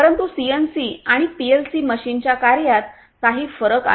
परंतु सीएनसी आणि पीएलसी मशीनच्या कार्यात काही फरक आहेत